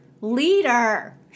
leader